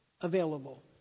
available